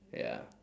ya